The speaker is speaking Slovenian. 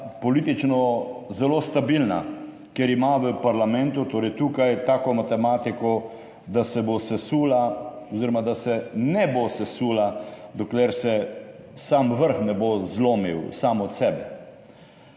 politično zelo stabilna, ker ima v parlamentu, torej tukaj tako matematiko, da se bo sesula oziroma, da se ne bo sesula dokler se sam vrh ne bo zlomil sam od sebe.